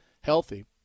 healthy